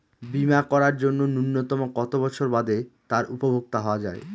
বীমা করার জন্য ন্যুনতম কত বছর বাদে তার উপভোক্তা হওয়া য়ায়?